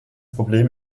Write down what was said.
problem